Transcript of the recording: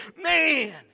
man